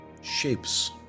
shapes